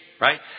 right